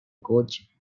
coach